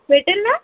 भेटेल ना